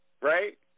right